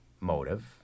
motive